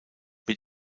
mit